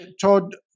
Todd